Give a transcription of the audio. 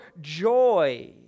joy